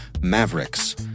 Mavericks